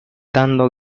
dando